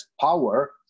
power